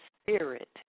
spirit